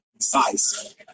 size